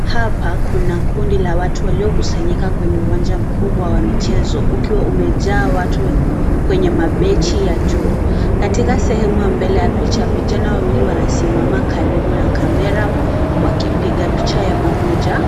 Hapa kuna kundi la watu waliokusanyika kwenye uwanja mkubwa wa michezo ukiwa umejaa watu kwenye mabenchi ya juu na katika sehemu ya mbele ya picha vijana wawili wanasimama karibu na camera wakipiga picha ya pamoja